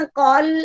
call